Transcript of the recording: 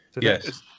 yes